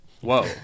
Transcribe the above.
whoa